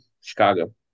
Chicago